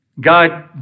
God